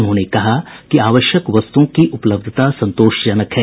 उन्होंने कहा कि आवश्यक वस्तुओं की उपलब्धता संतोषजनक है